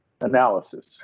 analysis